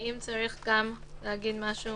האם צריך לומר משהו